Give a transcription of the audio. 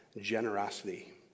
generosity